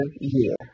year